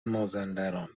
مازندران